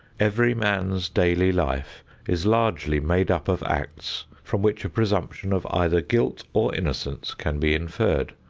every man's daily life is largely made up of acts from which a presumption of either guilt or innocence can be inferred,